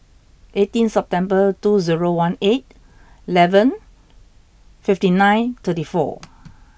eighteen September two zero one eight eleven fifty nine thirty four